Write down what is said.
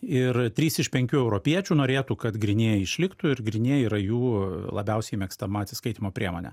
ir trys iš penkių europiečių norėtų kad grynieji išliktų ir grynieji yra jų labiausiai mėgstama atsiskaitymo priemonė